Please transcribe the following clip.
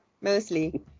Mostly